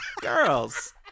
Girls